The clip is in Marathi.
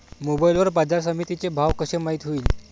मोबाईल वर बाजारसमिती चे भाव कशे माईत होईन?